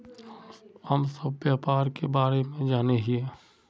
हम सब व्यापार के बारे जाने हिये?